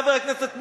חבר הכנסת מולה?